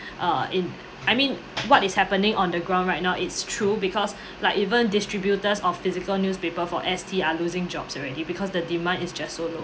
uh in I mean what is happening on the ground right now it's true because like even distributors of physical newspaper for S_T are losing jobs already because the demand is just so low